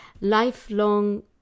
lifelong